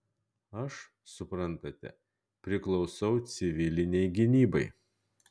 aš suprantate priklausau civilinei gynybai